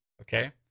Okay